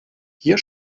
hier